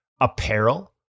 apparel